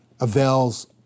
avails